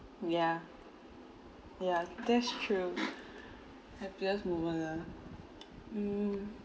yeah yeah that's true happiest moment ah mm